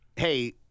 Hey